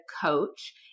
coach